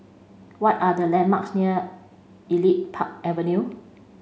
what are the landmarks near Elite Park Avenue